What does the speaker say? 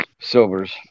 silvers